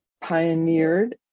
pioneered